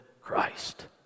Christ